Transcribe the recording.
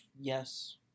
Yes